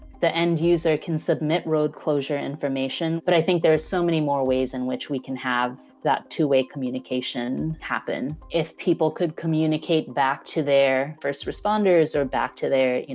the end user can submit road closure information, but i think there are so many more ways in which we can have that two way communication happen. if people could communicate back to their first responders, or back to their, you